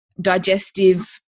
digestive